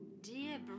dear